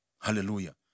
Hallelujah